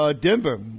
Denver